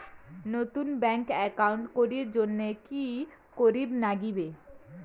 নতুন bank account করির জন্যে কি করিব নাগিবে?